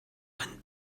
einen